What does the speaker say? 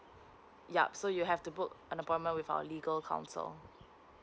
yup so you have to book an appointment with our legal counsel